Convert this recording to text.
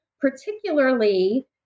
particularly